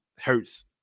hurts